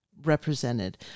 represented